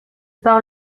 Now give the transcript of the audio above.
par